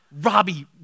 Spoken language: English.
Robbie